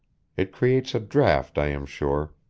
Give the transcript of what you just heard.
it creates a draft, i am sure,